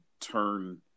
turn